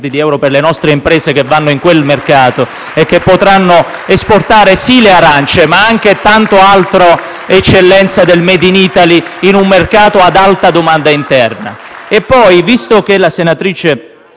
di euro per le nostre imprese che andando in quel mercato potranno esportare, sì, le arance, ma anche tanta altra eccellenza del *made in Italy* in un Paese ad alta domanda interna.